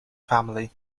family